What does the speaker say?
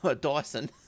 Dyson